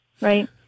Right